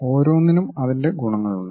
ഓരോന്നിനും അതിന്റെ ഗുണങ്ങളുണ്ട്